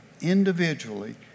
individually